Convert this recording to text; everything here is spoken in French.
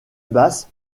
basse